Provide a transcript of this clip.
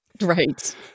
right